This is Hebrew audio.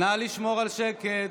נא לשמור על שקט.